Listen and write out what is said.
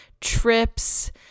trips